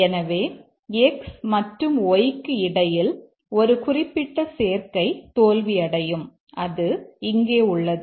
எனவே x மற்றும் y க்கு இடையில் ஒரு குறிப்பிட்ட சேர்க்கை தோல்வியடையும் அது இங்கே உள்ளது